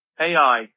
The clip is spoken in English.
AI